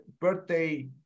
birthday